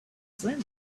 seen